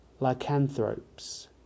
lycanthropes